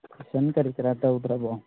tuition ꯀꯔꯤ ꯀꯔꯥ ꯇꯧꯗ꯭ꯔꯕꯣ